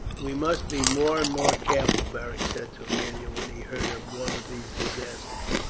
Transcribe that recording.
we must be more and more careful, beric said to aemilia when he heard of one of these disasters.